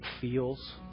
feels